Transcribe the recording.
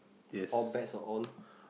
all bets are on